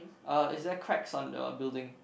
uh is there cracks on the building